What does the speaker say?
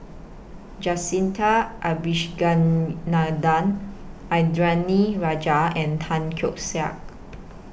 Jacintha Abisheganaden Indranee Rajah and Tan Keong Saik